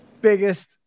biggest